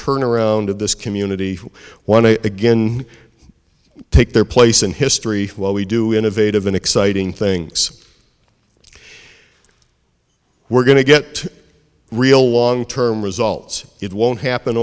turnaround of this community who want to again take their place in history while we do innovative and exciting things we're going to get real long term results it won't happen